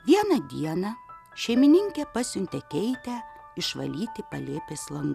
vieną dieną šeimininkė pasiuntė keitę išvalyti palėpės langų